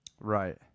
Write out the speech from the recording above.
Right